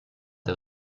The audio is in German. der